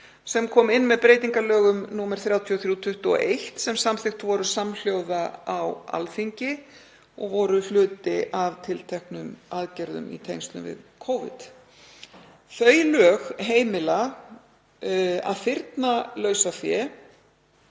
sem kom inn með breytingalögum, nr. 33/21, sem samþykkt voru samhljóða á Alþingi og voru hluti af tilteknum aðgerðum í tengslum við Covid. Þau lög heimila að fyrna lausafé,